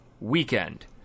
weekend